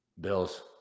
Bills